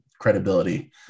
credibility